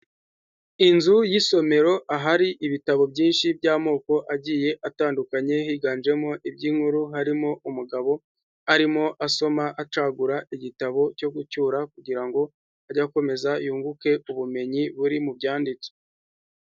Inzu y'isomero ahari ibitabo byinshi by'amoko agiye atandukanye, higanjemo iby'inkuru, harimo umugabo arimo asoma acagura igitabo cyo gucyura kugira ngo ajye akomeza yunguke ubumenyi buri mu byanditse.